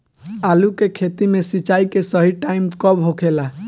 आलू के खेती मे सिंचाई के सही टाइम कब होखे ला?